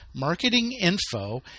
marketinginfo